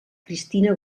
cristina